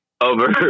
over